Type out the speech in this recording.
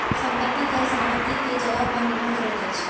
संपत्ति कर संपत्ति के जगह पर निर्भर करैत अछि